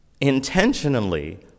intentionally